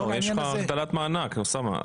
יש פה גם את הגדלת המענק של